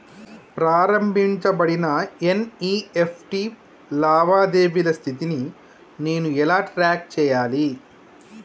ప్రారంభించబడిన ఎన్.ఇ.ఎఫ్.టి లావాదేవీల స్థితిని నేను ఎలా ట్రాక్ చేయాలి?